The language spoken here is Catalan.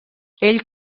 ell